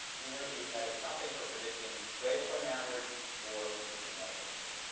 the interview added nothing for predicting grade point average or completion of medical school.